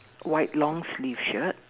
white long sleeved shirt